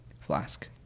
Flask